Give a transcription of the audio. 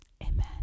Amen